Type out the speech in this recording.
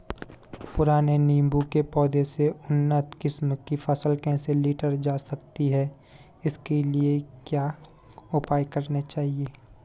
पुराने नीबूं के पौधें से उन्नत किस्म की फसल कैसे लीटर जा सकती है इसके लिए क्या उपाय करने चाहिए?